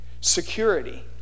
Security